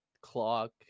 clock